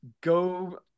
go –